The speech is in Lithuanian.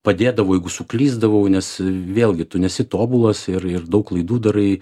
padėdavo jeigu suklysdavau nes vėlgi tu nesi tobulas ir ir daug klaidų darai